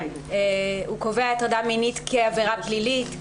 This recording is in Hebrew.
הוא קובע הטרדה מינית כעבירה פלילית,